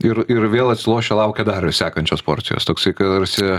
ir ir vėl atsilošę laukia dar sekančios porcijos toksai tarsi